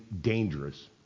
dangerous